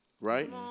right